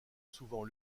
souvent